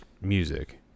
music